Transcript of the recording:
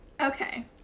Okay